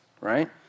right